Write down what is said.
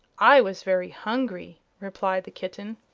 i was very hungry, replied the kitten.